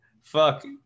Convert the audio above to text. Fuck